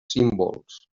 símbols